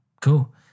Cool